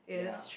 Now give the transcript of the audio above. ya